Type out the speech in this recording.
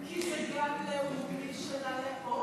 כי זה גן לאומי של הלאום.